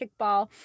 kickball